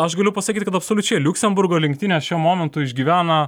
aš galiu pasakyti kad absoliučiai liuksemburgo rinktinė šiuo momentu išgyvena